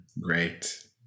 great